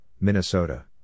Minnesota